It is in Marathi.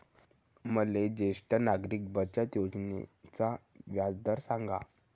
मले ज्येष्ठ नागरिक बचत योजनेचा व्याजदर सांगा